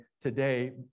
today